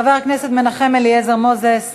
חבר הכנסת מנחם אליעזר מוזס,